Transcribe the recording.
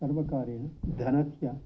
सर्वकारेण धनस्य